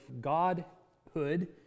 Godhood